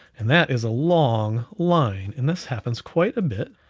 and that is a long line in, this happens quite a bit.